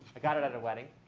i got it at a wedding.